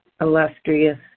illustrious